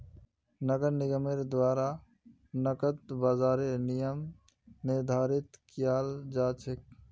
नगर निगमेर द्वारा नकद बाजारेर नियम निर्धारित कियाल जा छेक